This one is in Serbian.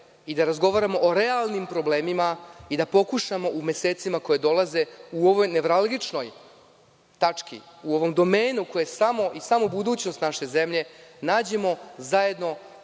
i da razgovaramo o realnim problemima i da pokušamo u mesecima koji dolaze, u ovoj neuralgično tački, u ovom domenu koji je samo i samo budućnost naše zemlje, da nađemo zajedno